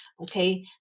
Okay